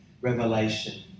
revelation